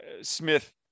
Smith